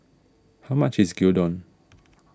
how much is Gyudon